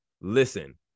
listen